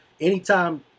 Anytime